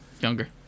younger